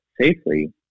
safely